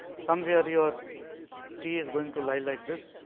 some where your t is going to lye like this.